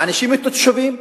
מענישים את התושבים,